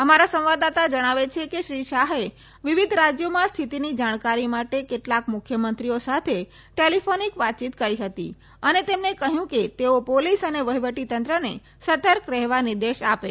અમારા સંવાદદાતા જણાવે છે કે શ્રી શાહે વિવિધ રાજયોમાં સ્થિતિની જાણકારી માટે કેટલાક મુખ્યમંત્રીઓ સાથે ટેલીફોનીક વાતચીત કરી હતી અને તેમને કહ્યું કે તેઓ પોલીસ અને વહીવટીતંત્રને સતર્ક રહેવા નિર્દેશ આપે